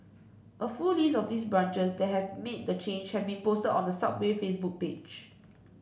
a full list of these branches that have made the change has been posted on the Subway Facebook page